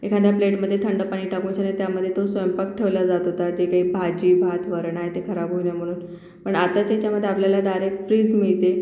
एखाद्या प्लेटमध्ये थंड पाणी टाकून शाने त्यामध्ये तो स्वयंपाक ठेवला जात होता जे काही भाजी भात वरण आहे ते खराब होऊ नये म्हणून पण आताचे हेच्यामध्ये आपल्याला डायरेक फ्रीज मिळते